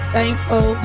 Thankful